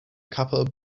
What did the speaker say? capel